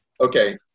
Okay